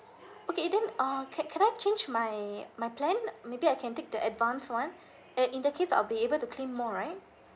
okay then uh can can I change my my plan maybe I can take the advance one and in that case I'll be able to claim more right